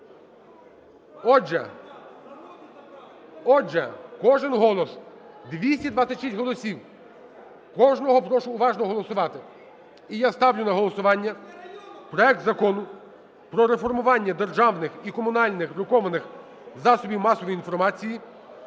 Отже, кожен голос, 226 голосів, кожного прошу уважно голосувати. І я ставлю на голосування проект Закону про внесення змін до Закону "Про реформування державних і комунальних друкованих засобів масової інформації"